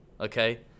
okay